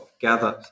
gathered